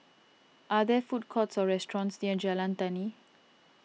are there food courts or restaurants near Jalan Tani